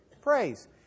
Praise